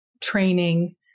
training